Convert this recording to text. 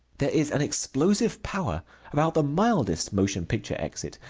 there is an explosive power about the mildest motion picture exit,